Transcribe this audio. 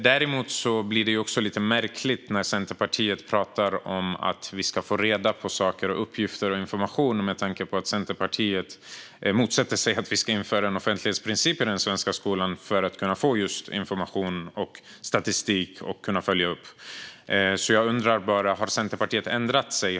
Det blir också lite märkligt när man från Centerpartiet talar om att vi ska få reda på saker och få uppgifter och information med tanke på att Centerpartiet motsätter sig att vi ska införa en offentlighetsprincip i den svenska skolan för att kunna få just information och statistik för att kunna följa upp detta. Har Centerpartiet ändrat sig?